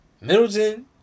Middleton